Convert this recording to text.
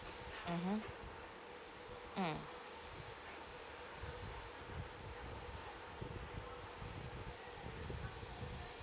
mmhmm mm